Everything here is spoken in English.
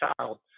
child